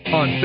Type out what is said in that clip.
on